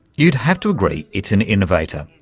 you'd have to agree it's an innovator.